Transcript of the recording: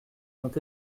ont